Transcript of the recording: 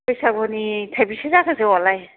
बैसागुनि थाइबेसे जाखो जौआलाय